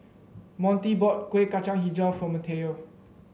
Montie bought Kuih Kacang hijau for Mateo